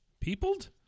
Peopled